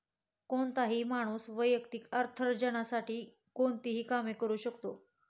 कोणताही माणूस वैयक्तिक अर्थार्जनासाठी कोणतेही काम करू शकतो